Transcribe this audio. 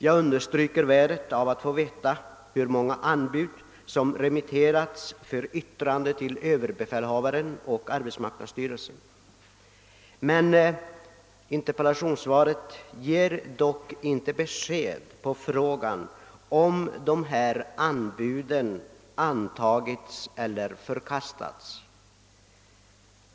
Jag understryker värdet av att få veta hur många anbud som remitterats till överbefälhavaren och arbetsmarknadsstyrelsen för yttrande. Interpellationssvaret ger dock inte besked i frågan om anbuden antagits eller förkastats.